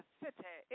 city